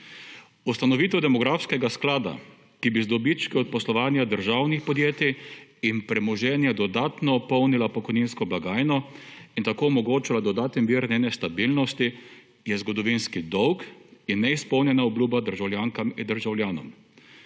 Ustanovitev demografskega sklada, ki bi z dobički od poslovanja državnih podjetij in premoženja dodatno polnil pokojninsko blagajno in tako omogočal dodaten vir njene stabilnosti, je zgodovinski dolg in neizpolnjena obljuba državljankam in državljanom.